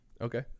Okay